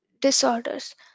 disorders